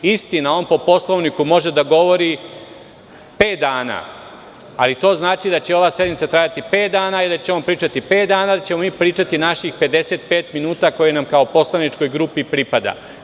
Istina, on po Poslovniku može da govori pet dana, ali to znači da će ova sednica trajati pet dana i da će on pričati pet dana, a da ćemo mi pričati naših 55 minuta, koje nam kao poslaničkoj grupi pripada.